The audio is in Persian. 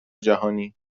جهانی